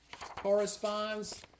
corresponds